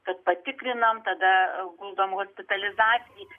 kad patikrinam tada guldom hospitalizacijai